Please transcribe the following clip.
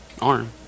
arm